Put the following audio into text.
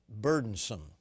burdensome